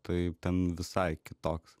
tai ten visai kitoks